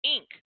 Inc